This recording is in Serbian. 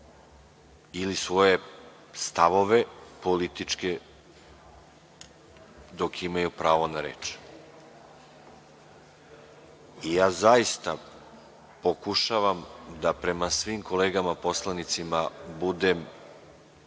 ili svoje stavove političke dok imaju pravo na reč. Ja zaista pokušavam da prema svim kolegama poslanicima budem